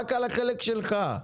רק על החלק שלך.